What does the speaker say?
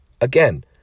Again